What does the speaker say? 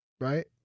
right